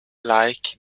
like